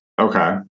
Okay